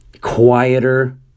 quieter